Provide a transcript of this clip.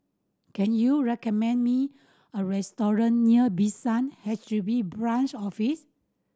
can you recommend me a restaurant near Bishan H D B Branch Office